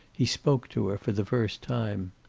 he spoke to her for the first time.